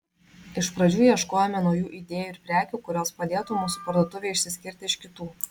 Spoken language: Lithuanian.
iš pradžių ieškojome naujų idėjų ir prekių kurios padėtų mūsų parduotuvei išsiskirti iš kitų